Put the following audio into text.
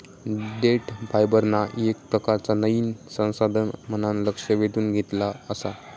देठ फायबरना येक प्रकारचा नयीन संसाधन म्हणान लक्ष वेधून घेतला आसा